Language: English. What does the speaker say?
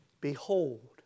Behold